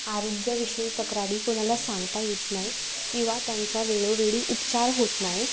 आरोग्याविषयी तक्रारी कुणाला सांगता येत नाही किंवा त्यांचा वेळोवेळी उपचार होत नाही